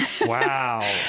wow